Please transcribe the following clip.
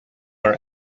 are